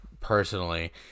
personally